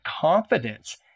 confidence